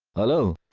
hello,